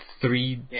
Three